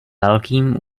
velkým